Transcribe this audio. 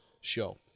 show